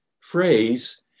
phrase